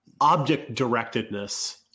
object-directedness